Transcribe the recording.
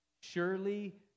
surely